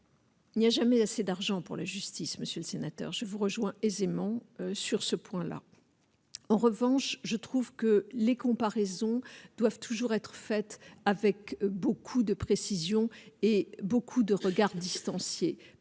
Il n'y a jamais assez d'argent pour la justice, monsieur le sénateur, je vous rejoins aisément sur ce point-là. En revanche, je trouve que les comparaisons doivent toujours être faite avec beaucoup de précision et beaucoup de regards distanciés